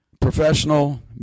professional